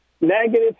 negative